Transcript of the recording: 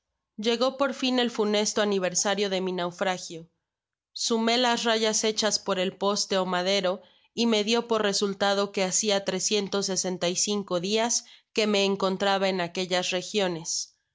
llegó por fin el funesto aniversario de mi naufragio sumó las rayas hechas por el poste ó madero y me dio por resultado que hacia trescientos sesenta y cinco dias que me encontraba en aquellas regiones